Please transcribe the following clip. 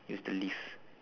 use the lift